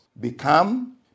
become